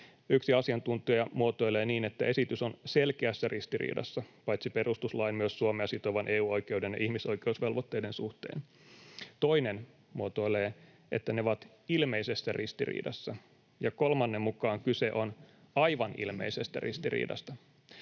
Yksi asiantuntija muotoilee niin, että esitys on ”selkeässä” ristiriidassa paitsi perustuslain myös Suomea sitovan EU-oikeuden ja ihmisoikeusvelvoitteiden suhteen. Toinen muotoilee, että ne ovat ”ilmeisessä” ristiriidassa, ja kolmannen mukaan kyse on ”aivan ilmeisestä” ristiriidasta.